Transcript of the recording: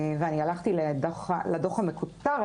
ואני הלכתי לדוח המקוצר.